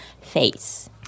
face